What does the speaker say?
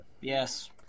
Yes